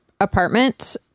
apartment